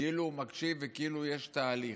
כאילו הוא מקשיב וכאילו יש תהליך.